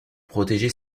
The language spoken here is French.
protéger